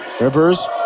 Rivers